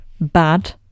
bad